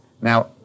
Now